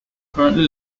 currently